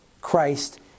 Christ